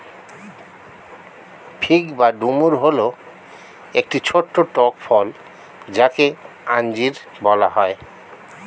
fig বা ডুমুর হল একটি ছোট্ট টক ফল যাকে আঞ্জির বলা হয়